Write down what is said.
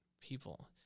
people